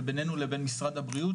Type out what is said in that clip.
ובינינו לבין משרד הבריאות,